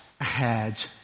ahead